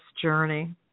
journey